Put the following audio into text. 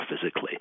physically